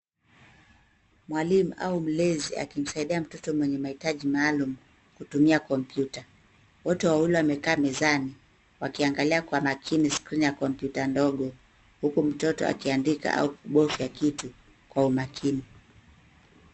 Mwalimu au mlezi akimsaidia mtoto mwenye maitaji maalum kutumia kompyuta. Wote wawili wamekaa mezani wakiangalia kwa makini skrini ya kompyuta ndogo uku mtoto akiandika au kubovya kitu kwa umakini.